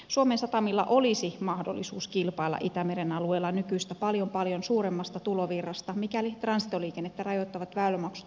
suomen satamilla olisi mahdollisuus kilpailla itämeren alueella nykyistä paljon paljon suuremmasta tulovirrasta mikäli transitoliikennettä rajoittavat väylämaksut poistetaan